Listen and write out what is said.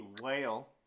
whale